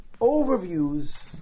overviews